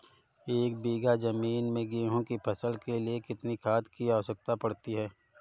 एक बीघा ज़मीन में गेहूँ की फसल के लिए कितनी खाद की आवश्यकता पड़ती है?